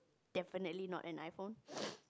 definitely not an iPhone